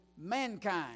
mankind